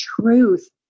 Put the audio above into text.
truth